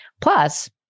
Plus